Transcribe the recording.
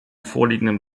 vorliegenden